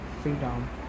freedom